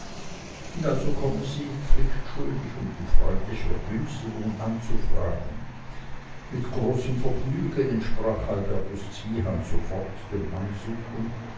und also komme sie selbst pflichtschuldig um die freundliche vergünstigung anzufragen mit großem vergnügen entsprach albertus zwiehan sofort dem ansuchen